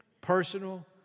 personal